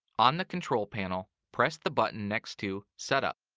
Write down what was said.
on the control panel, press the button next to setup.